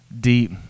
deep